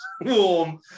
warm